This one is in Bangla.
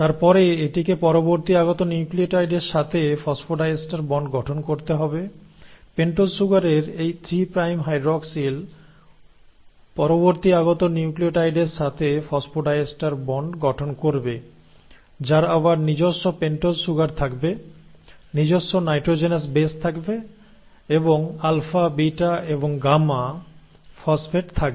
তারপরে এটিকে পরবর্তী আগত নিউক্লিওটাইডের সাথে ফসফোডাইএস্টার বন্ড গঠন করতে হবে পেন্টোজ সুগারের এই 3 প্রাইম হাইড্রোক্সিল পরবর্তী আগত নিউক্লিওটাইডের সাথে ফসফোডাইএস্টার বন্ড গঠন করবে যার আবার নিজস্ব পেন্টোজ সুগার থাকবে নিজস্ব নাইট্রোজেনাস বেস থাকবে এবং আলফা বিটা এবং গামা ফসফেট থাকবে